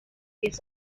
piezas